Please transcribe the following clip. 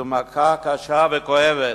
זו מכה קשה וכואבת,